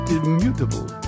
immutable